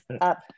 up